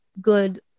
good